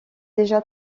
déjà